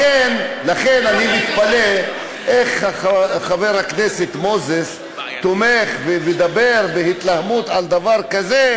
לכן אני מתפלא איך חבר הכנסת מוזס תומך ומדבר בהתלהמות על דבר כזה,